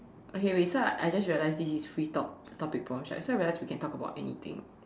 okay wait so I just realized this is free talk topic prompts right so I realize we can talk about anything